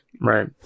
Right